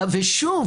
שוב,